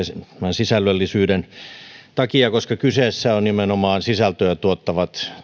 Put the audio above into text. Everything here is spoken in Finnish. sisällöllisyyden takia koska kyseessä ovat nimenomaan sisältöä tuottavat